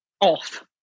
Off